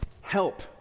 Help